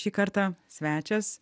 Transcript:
šį kartą svečias